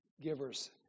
givers